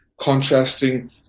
contrasting